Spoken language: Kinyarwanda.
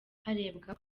harebwa